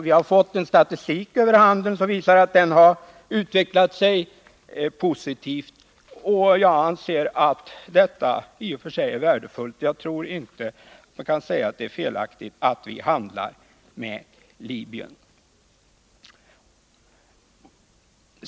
Vi har fått en statistik över handeln som visar att den har utvecklat sig positivt, vilket jag anser är i och för sig värdefullt; jag tror inte att någon kan säga att det är felaktigt att vi handlar med Libyen.